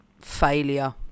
failure